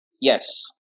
Yes